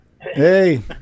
Hey